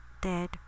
dead